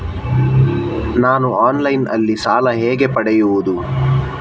ನಾನು ಆನ್ಲೈನ್ನಲ್ಲಿ ಸಾಲ ಹೇಗೆ ಪಡೆಯುವುದು?